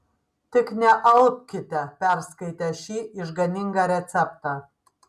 tik nealpkite perskaitę šį išganingą receptą